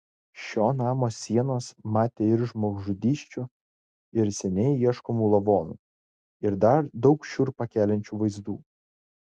šio namo sienos matė ir žmogžudysčių ir seniai ieškomų lavonų ir dar daug šiurpą keliančių vaizdų